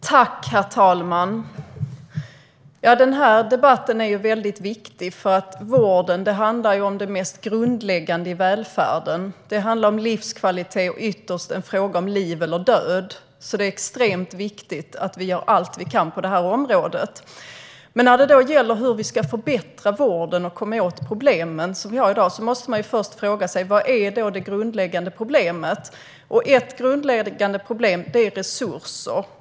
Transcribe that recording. Herr talman! Den här debatten är väldigt viktig, för vården handlar om det mest grundläggande i välfärden. Det handlar om livskvalitet, och ytterst är det en fråga om liv eller död. Det är alltså extremt viktigt att vi gör allt vi kan på det här området. När det gäller hur vi ska förbättra vården och komma åt de problem vi har i dag måste man först fråga sig vad som är det grundläggande problemet. Ett grundläggande problem är resurser.